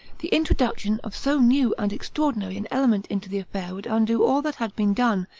the introduction of so new and extraordinary an element into the affair would undo all that had been done,